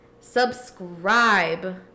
subscribe